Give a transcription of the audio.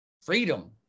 freedom